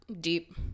deep